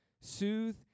soothe